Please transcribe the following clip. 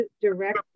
direct